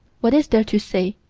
what is there to say,